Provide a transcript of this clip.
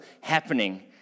happening